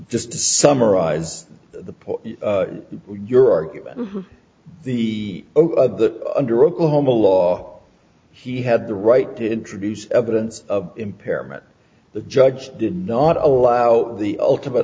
just to summarize the point your argument the over the under oklahoma law he had the right to introduce evidence of impairment the judge did not allow the ultimate